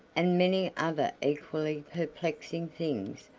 and many other equally perplexing things,